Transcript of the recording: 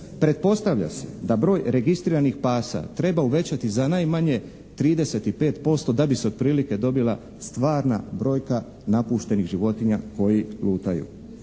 Pretpostavlja se da broj registriranih pasa treba uvećati za najmanje 35% da bi se otprilike dobila stvarna brojka napuštenih životinja koji lutaju.